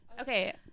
Okay